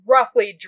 Roughly